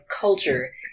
culture